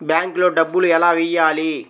బ్యాంక్లో డబ్బులు ఎలా వెయ్యాలి?